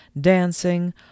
dancing